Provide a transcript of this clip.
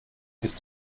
bist